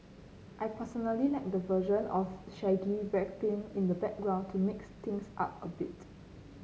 I personally like the version of Shaggy rapping in the background to mix things up a bit